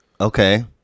Okay